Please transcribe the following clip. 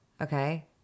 Okay